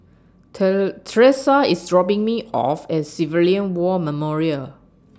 Tressa IS dropping Me off At Civilian War Memorial